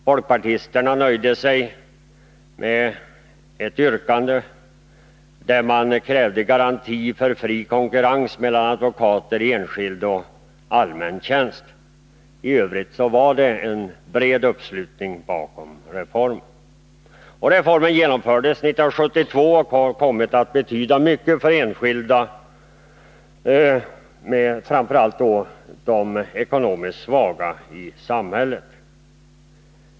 Folkpartisterna nöjde sig med ett yrkande, där man krävde garanti för fri konkurrens mellan advokater i enskild och allmän tjänst. I Övrigt var det en bred uppslutning bakom reformen. Reformen genomfördes 1972 och har kommit att betyda mycket för enskilda och framför allt för de ekonomiskt svaga i samhället.